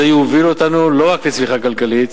זה יוביל אותנו לא רק לצמיחה כלכלית,